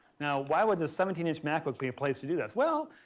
now why would this seventeen inch mac book be a place to do this? well,